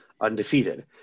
undefeated